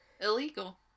illegal